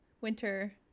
winter-